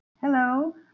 Hello